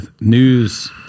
news